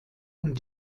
und